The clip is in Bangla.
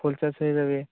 ফুল চার্জ হয়ে যাবে